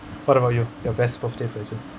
what about you your best birthday present